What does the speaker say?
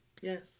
Yes